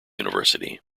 university